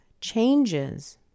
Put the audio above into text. changes